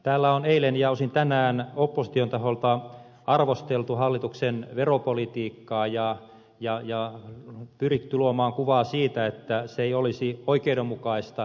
täällä on eilen ja osin tänään opposition taholta arvosteltu hallituksen veropolitiikkaa ja pyritty luomaan kuvaa siitä että se ei olisi oikeudenmukaista